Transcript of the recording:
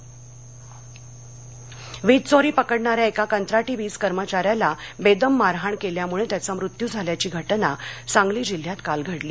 सांगली वीज चोरी पकडणाऱ्या एका कंत्राटी वीज कर्मचाऱ्याला बेदम मारहाण केल्यामुळे त्याचा मृत्यू झाल्याची घटना सांगली जिल्ह्यात काल घडली